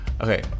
Okay